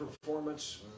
performance